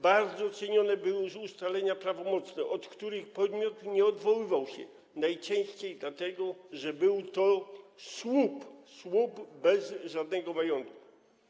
Bardzo cenione były ustalenia prawomocne, od których podmiot nie odwoływał się, najczęściej dlatego, że był to słup bez żadnego majątku.